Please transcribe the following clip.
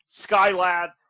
Skylab